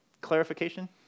clarification